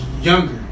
younger